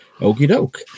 Okey-doke